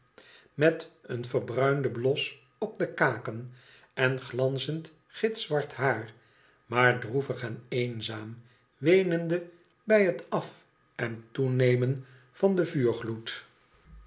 met een verbruinden blos op de kaken en glanzend gitzwart haar maar droevig en eenzaam weenende bij het af en toenemen van den